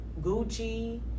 Gucci